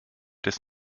des